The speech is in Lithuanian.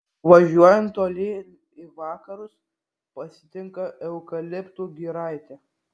važiuojant tolyn į vakarus pasitinka eukaliptų giraitė